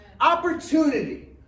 Opportunity